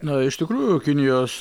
na iš tikrųjų kinijos